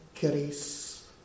grace